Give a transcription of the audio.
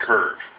Curve